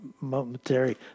momentary